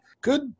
Good